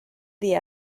dir